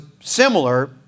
similar